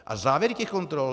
A závěry těch kontrol?